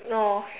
no